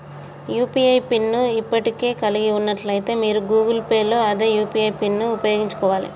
UPI PIN ను ఇప్పటికే కలిగి ఉన్నట్లయితే మీరు గూగుల్ పే లో అదే యూ.పీ.ఐ పిన్ను ఉపయోగించుకోవాలే